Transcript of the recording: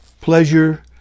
pleasure